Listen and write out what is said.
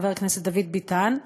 חבר הכנסת דוד ביטן: